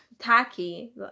tacky